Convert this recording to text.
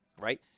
right